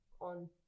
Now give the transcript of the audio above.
on